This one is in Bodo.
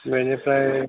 बिनिफ्राय